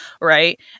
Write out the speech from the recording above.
right